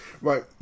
right